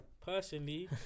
Personally